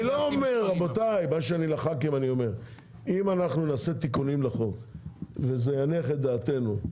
אם נעשה תיקונים לחוק וזה יניח את דעתנו,